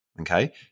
okay